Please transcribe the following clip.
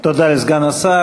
תודה לסגן השר.